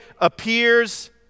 appears